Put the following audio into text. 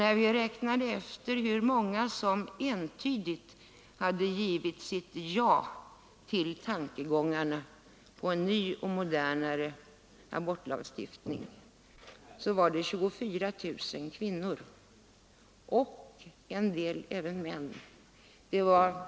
När vi räknade efter hur många som entydigt hade givit sitt ja till tanken på en ny, modernare abortlagstiftning, fann vi att det var 24 000 kvinnor och även en hel del män.